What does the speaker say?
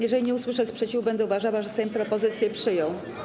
Jeżeli nie usłyszę sprzeciwu, będę uważała, że Sejm propozycje przyjął.